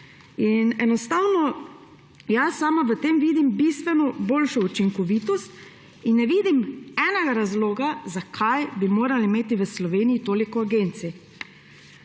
državljane. Jaz sama v tem vidim bistveno boljšo učinkovitost in ne vidim enega razloga, zakaj bi morali imeti v Sloveniji toliko agencij.